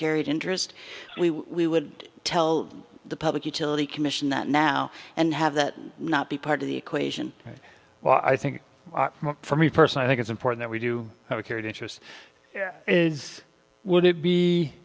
carried interest we would tell the public utility commission that now and have that not be part of the equation well i think for me personally i think it's important that we do how we carried interest is would it be